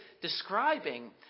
describing